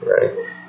right